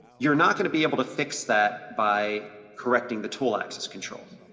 you're not gonna be able to fix that by correcting the tool axis control.